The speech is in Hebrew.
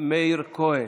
מאיר כהן.